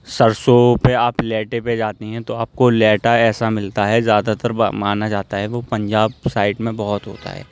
سرسوں پہ آپ لہٹے پہ جاتے ہیں تو آپ کو لہٹا ایسا ملتا ہے زیادہ تر مانا جاتا ہے وہ پنجاب سائٹ میں بہت ہوتا ہے